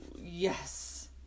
yes